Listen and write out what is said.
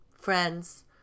friends